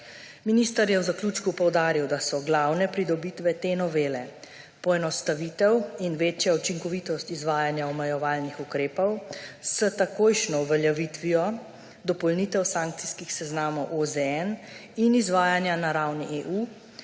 Minister je v zaključku poudaril, da so glavne pridobitve te novele poenostavitev in večja učinkovitost izvajanja omejevalnih ukrepov s takojšnjo uveljavitvijo dopolnitev sankcijskih seznamov OZN in izvajanja na ravni EU